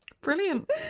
Brilliant